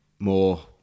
more